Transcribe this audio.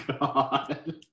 God